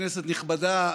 כנסת נכבדה,